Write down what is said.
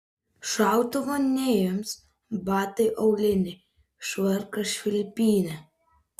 šautuvo neims batai auliniai švarkas švilpynė